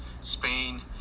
Spain